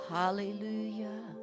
hallelujah